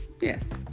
yes